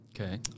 Okay